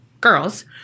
girls